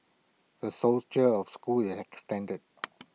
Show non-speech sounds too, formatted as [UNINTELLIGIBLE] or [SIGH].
the [UNINTELLIGIBLE] of schools is extended